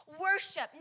worship